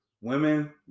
women